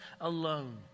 alone